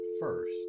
first